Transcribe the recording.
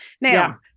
Now